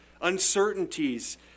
uncertainties